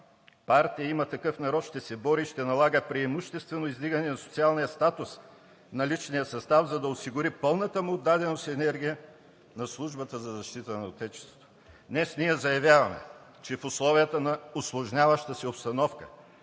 Партия „Има такъв народ“ ще се бори и ще налага преимуществено издигане на социалния статус на личния състав, за да осигури пълната му отдаденост и енергия на службата за защита на отечеството. Днес ние заявяваме, че в условията на усложняваща се обстановка,